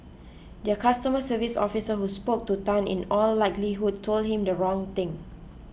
their customer service officer who spoke to Tan in all likelihood told him the wrong thing